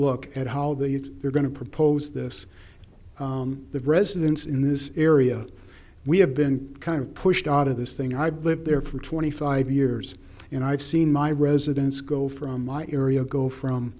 look at how the they're going to propose this the residents in this area we have been kind of pushed out of this thing i've lived there for twenty five years and i've seen my residents go from my area go from